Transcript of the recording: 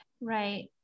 Right